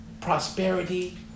prosperity